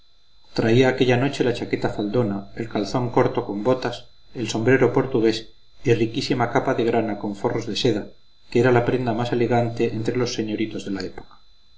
traía aquella noche la chaqueta faldonada el calzón corto con botas el sombrero portugués y riquísima capa de grana con forros de seda que era la prenda más elegante entre los señoritos de la